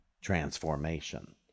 transformation